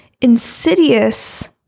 insidious